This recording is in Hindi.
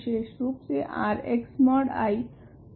विषेशरूप से R x mod